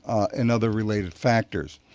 and other related factors.